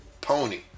Pony